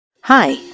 Hi